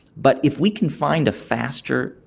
but if we can find a faster,